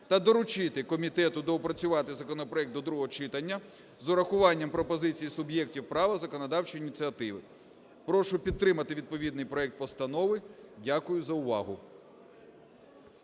та доручити комітету доопрацювати законопроект до другого читання з врахуванням пропозиції суб'єктів права законодавчої ініціативи. Прошу підтримати відповідний проект постанови. Дякую за увагу.